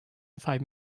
five